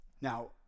Now